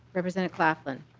representative claflin